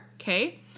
Okay